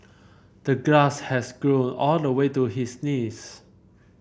the grass has grown all the way to his knees